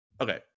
Okay